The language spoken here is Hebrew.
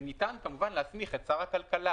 וניתן כמובן להסמיך את שר הכלכלה,